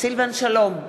סילבן שלום,